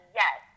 yes